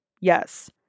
Yes